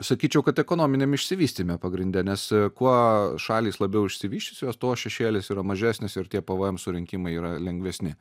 sakyčiau kad ekonominiam išsivystyme pagrinde nes kuo šalys labiau išsivysčiusios to šešėlis yra mažesnis ir tie pvm surinkimai yra lengvesni